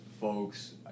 folks